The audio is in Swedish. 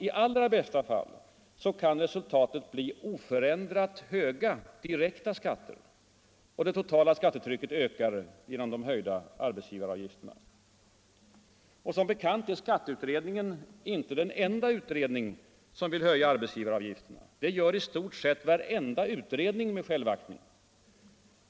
I allra bästa fall kan resultatet bli oförändrat höga direkta skatter. Och det totala skattetrycket ökar genom de höjda arbetsgivaravgifterna. Som bekant är skatteutredningen inte den enda utredning som vill höja arbetsgivaravgifterna. Det vill i stort sett varenda utredning med självaktning.